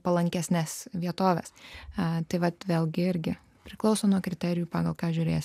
palankesnes vietoves tai vat vėlgi irgi priklauso nuo kriterijų pagal ką žiūrės